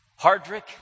Hardrick